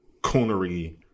coonery